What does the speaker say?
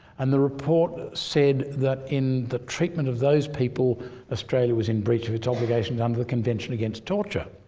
and the report said that in the treatment of those people australia was in breach of its obligations under the convention against torture.